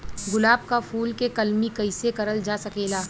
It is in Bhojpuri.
गुलाब क फूल के कलमी कैसे करल जा सकेला?